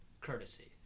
courtesy